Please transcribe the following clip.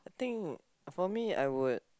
I think for me I would